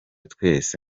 twese